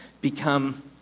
become